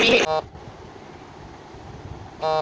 खाता मा विकल्प करना जरूरी है?